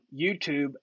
YouTube